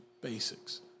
basics